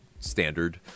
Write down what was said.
standard